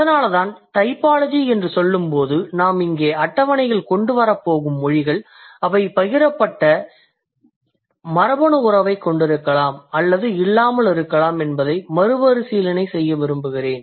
அதனால்தான் டைபாலஜி என்று சொல்லும்போது நாம் இங்கே அட்டவணையில் கொண்டுவரப்போகும் மொழிகள் அவை பகிரப்பட்ட மரபணு உறவைக் கொண்டிருக்கலாம் அல்லது இல்லாமல் இருக்கலாம் என்பதை மறுபரிசீலனை செய்ய விரும்புகிறேன்